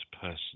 person